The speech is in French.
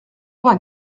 vingt